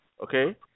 okay